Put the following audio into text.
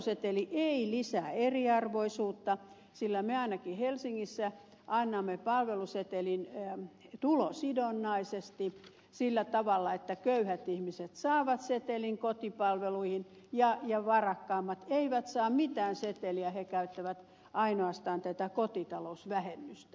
palveluseteli ei lisää eriarvoisuutta sillä me ainakin helsingissä annamme palvelusetelin tulosidonnaisesti sillä tavalla että köyhät ihmiset saavat setelin kotipalveluihin ja varakkaammat eivät saa mitään seteliä he käyttävät ainoastaan tätä kotitalousvähennystä